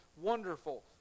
Wonderful